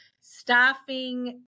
staffing